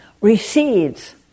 recedes